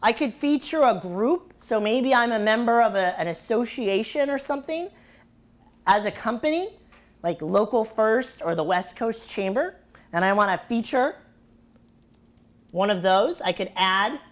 i could feature a group so maybe i'm a member of a association or something as a company like a local first or the west coast chamber and i want to feature one of those i could add